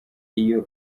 iyo